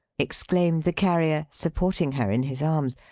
exclaimed the carrier, supporting her in his arms.